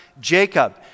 Jacob